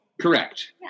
Correct